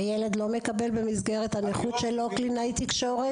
הילד לא מקבל במסגרת הנכות שלו קלינאי תקשורת?